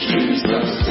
Jesus